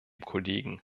kollegen